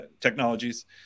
Technologies